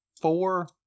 four